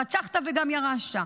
הרצחת וגם ירשת.